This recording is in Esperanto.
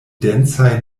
densaj